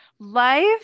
Life